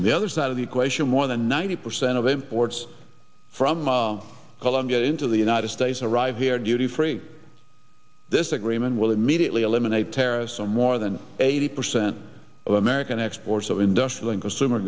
and the other side of the equation more than ninety percent of imports from colombia into the united states arrive here duty free this agreement will immediately eliminate terrorists or more than eighty percent of american exports of industr